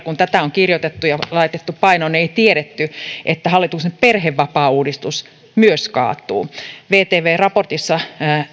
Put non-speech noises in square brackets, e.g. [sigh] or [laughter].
[unintelligible] kun tätä on kirjoitettu ja laitettu painoon niin ei tiedetty että hallituksen perhevapaauudistus myös kaatuu vtvn raportissa